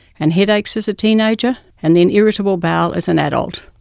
and headaches as a teenager, and then irritable bowel as an adult.